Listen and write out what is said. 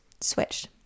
switched